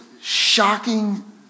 shocking